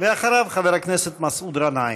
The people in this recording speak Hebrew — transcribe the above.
אחריו, חבר הכנסת מסעוד גנאים.